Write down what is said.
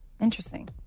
Interesting